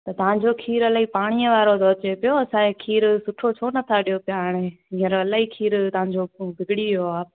त तव्हांजो खीरु इलाही पाणीअ वारो थो अचे पियो असांखे खीरु सुठो छो नथा ॾियो पिया हाणे हींअर इलाही खीरु तव्हांजो बिगड़ी वियो आहे